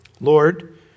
Lord